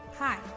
Hi